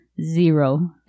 Zero